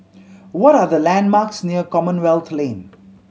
what are the landmarks near Commonwealth Lane